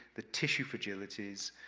the tissue fragilities,